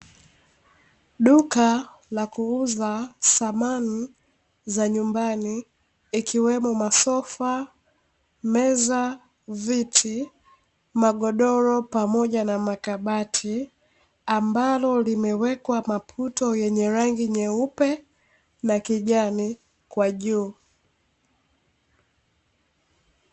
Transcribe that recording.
Duka la kuuza dhamani za nyumbani ikiwemo, masofa, meza, viti, magodoro pamoja na makabati ambalo limewekwa maputo, yenye rangi nyeupe na kijani kwa juu.